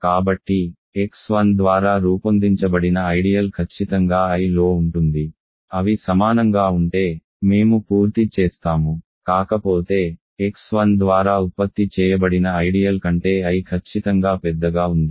కాబట్టి x1 ద్వారా రూపొందించబడిన ఐడియల్ ఖచ్చితంగా Iలో ఉంటుంది అవి సమానంగా ఉంటే మేము పూర్తి చేస్తాము కాకపోతే x1 ద్వారా ఉత్పత్తి చేయబడిన ఐడియల్ కంటే I ఖచ్చితంగా పెద్దగా ఉంది